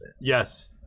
Yes